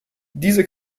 diese